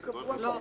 זה מה שקבוע כאן.